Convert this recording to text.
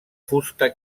fusta